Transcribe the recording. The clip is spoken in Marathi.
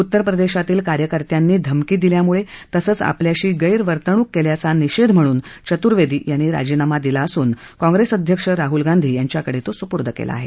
उत्तरप्रदेशातील कार्यकर्त्यांनी धमकी दिल्यामुळे तसंच आपल्याशी गैरवतुर्णक केल्याचा निषेध म्हणून चतुर्वेदी यांनी राजीनामा दिला असून काँग्रेसअध्यक्ष राहुल गांधी यांच्याकडे पाठवला आहे